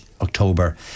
October